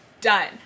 Done